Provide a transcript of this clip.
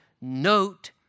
note